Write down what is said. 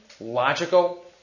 logical